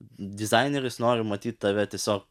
dizaineris nori matyt tave tiesiog